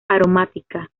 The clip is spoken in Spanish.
aromática